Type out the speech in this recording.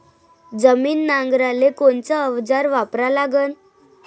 जमीन नांगराले कोनचं अवजार वापरा लागन?